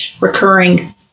recurring